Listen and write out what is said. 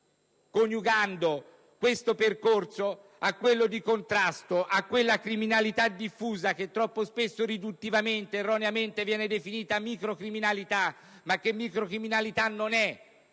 coniugando questo percorso a quello di contrasto a quella criminalità diffusa che troppo spesso, riduttivamente ed erroneamente, viene definita microcriminalità, ma che tale non è,